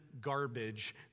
garbage